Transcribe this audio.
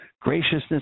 graciousness